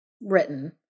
written